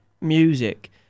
music